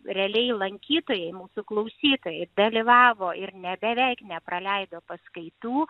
realiai lankytojai mūsų klausytojai dalyvavo ir ne beveik nepraleido paskaitų